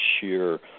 sheer